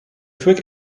quick